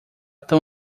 tão